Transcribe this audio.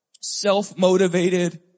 self-motivated